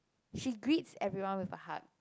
she greets everyone with a hug